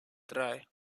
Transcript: drei